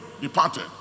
departed